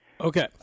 Okay